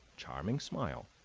charming smile,